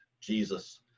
Jesus